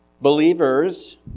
Believers